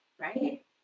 right